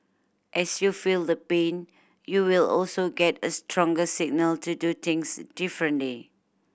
as you feel the pain you will also get a stronger signal to do things differently